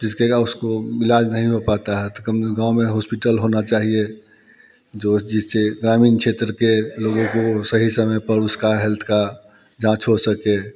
जिसका का उसको इलाज नहीं हो पता है तो कम से कम गाँव में हॉस्पिटल होना चाहिए जो जिससे ग्रामीण क्षेत्र के लोगों को सही समय पर उसकी हैल्थ की जाँच हो सके